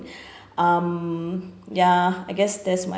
um ya I guess that's my